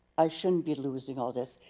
i shouldn't be losing all this.